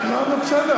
לא, לא, נו, בסדר.